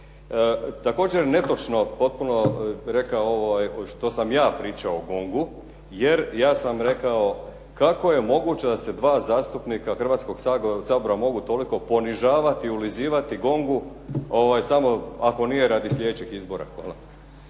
također netočno potpuno rekao ovo što sam ja pričao GONG-u, jer ja sam rekao kako je moguće da se dva zastupnika Hrvatskog sabora mogu toliko ponižavati, ulizivati GONG-u samo ako nije radi sljedećih izbora.